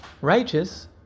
righteous